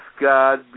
God